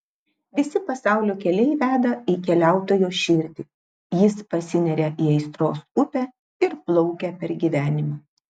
visi pasaulio keliai veda į keliautojo širdį jis pasineria į aistros upę ir plaukia per gyvenimą